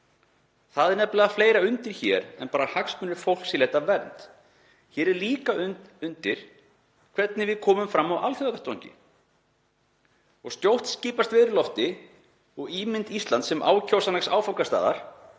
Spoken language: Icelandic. Það er nefnilega fleira undir hér en bara hagsmunir fólks í leit að vernd. Hér er það líka undir hvernig við komum fram á alþjóðavettvangi og skjótt skipast veður í lofti og ímynd Íslands sem ákjósanlegs áfangastaðar